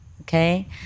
okay